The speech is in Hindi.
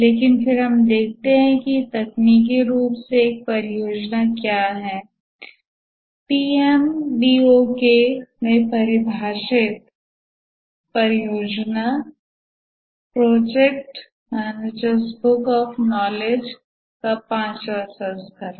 लेकिन फिर हम देखते हैं कि तकनीकी रूप से एक परियोजना क्या है पीएमबीओके में परिभाषित परियोजना project managers book of knowledge पांचवें संस्करण